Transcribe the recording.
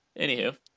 Anywho